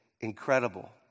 incredible